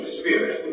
spirit